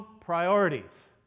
priorities